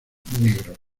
negros